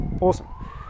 awesome